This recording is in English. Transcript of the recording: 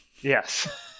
yes